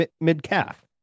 mid-calf